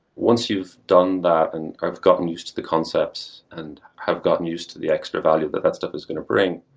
once you've done that and i've gotten used to the concepts and have gotten used to the extra value that that stuff is going to bring,